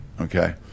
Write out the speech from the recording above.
Okay